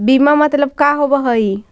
बीमा मतलब का होव हइ?